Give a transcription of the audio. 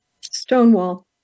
stonewall